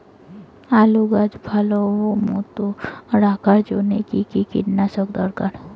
আলুর গাছ ভালো মতো রাখার জন্য কী কী কীটনাশক দরকার?